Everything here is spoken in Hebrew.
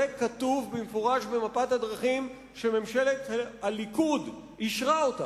זה כתוב במפורש במפת הדרכים שממשלת הליכוד אישרה אותה.